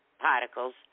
particles